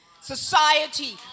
Society